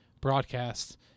broadcast